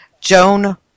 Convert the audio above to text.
Joan